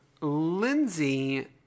Lindsay